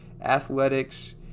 athletics